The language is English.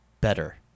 better